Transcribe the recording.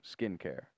Skincare